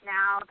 now